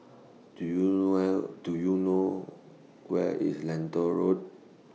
Do YOU Where Do YOU know Where IS Lentor Road